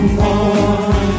more